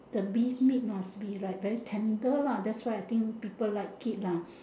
the beef meat must be like very tender lah that's why I think people like it lah